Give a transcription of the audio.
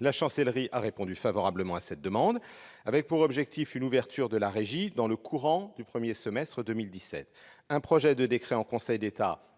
La Chancellerie a répondu favorablement à cette demande, avec pour objectif une ouverture de la régie dans le courant du premier semestre 2017. Un projet de décret en Conseil d'État